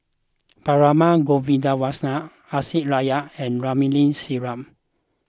Perumal Govindaswamy Aisyah Lyana and Ramli Sarip